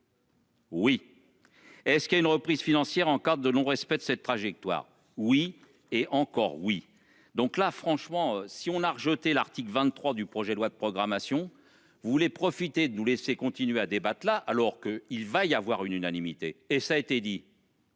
Oui. Et ce il y a une reprise financière en cas de non respect de cette trajectoire. Oui et encore oui, donc là franchement si on a rejeté l'article 23 du projet de loi de programmation vous voulez profiter de nous laisser continuer à débattent là alors que, il va y avoir une unanimité et ça a été dit.--